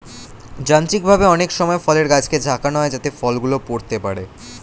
যান্ত্রিকভাবে অনেক সময় ফলের গাছকে ঝাঁকানো হয় যাতে ফল গুলো পড়তে পারে